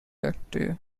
active